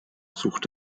sucht